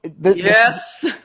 Yes